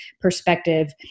perspective